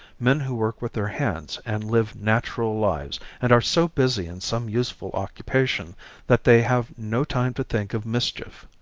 men who work with their hands and live natural lives and are so busy in some useful occupation that they have no time to think of mischief.